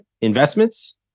Investments